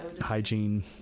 hygiene